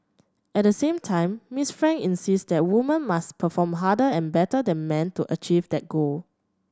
at the same time Miss Frank insists that women must perform harder and better than men to achieve that goal